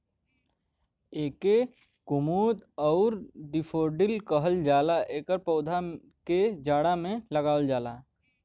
एके कुमुद आउर डैफोडिल कहल जाला एकर पौधा के जाड़ा में लगावल जाला